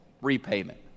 repayment